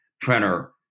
printer